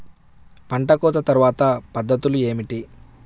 పంట కోత తర్వాత పద్ధతులు ఏమిటి?